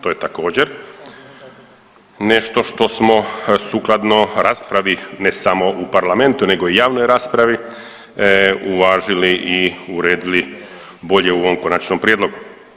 To je također nešto što smo sukladno raspravi ne samo u Parlamentu, nego i javnoj raspravi uvažili i uredili bolje u ovom konačnom prijedlogu.